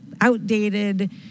outdated